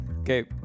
okay